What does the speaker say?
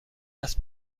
است